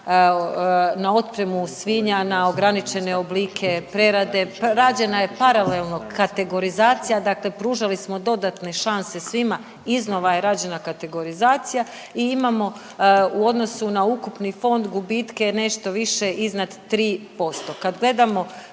na otpremu svinja na ograničene oblike prerade. Rađena je paralelno kategorizacija, dakle pružali smo dodatne šanse svima. Iznova je rađena kategorizacija i imamo u odnosu na ukupni fond gubitke nešto više iznad 3%.